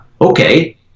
okay